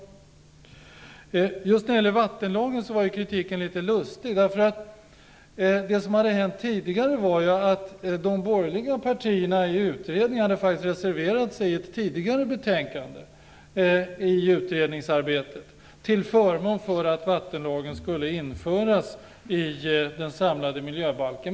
När det gäller just vattenlagen var kritiken litet lustig, därför att det som tidigare hänt var att de borgerliga partierna i utredningen faktiskt hade reserverat sig i ett tidigare betänkande till förmån för vattenlagens införande i den samlade miljöbalken.